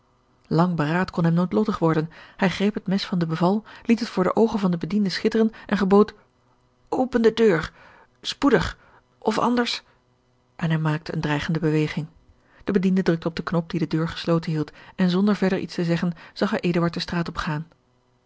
lang beraad kon hem noodlottig worden hij greep het mes van de beval liet het voor de oogen van den bediende schitteren en gebood open de deur spoedig of anders en hij maakte eene dreigende beweging de bediende drukte op den knop die de deur gesloten hield george een ongeluksvogel en zonder verder iets te zeggen zag hij eduard de straat opgaan